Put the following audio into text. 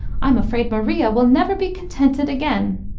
i'm afraid maria will never be contented again.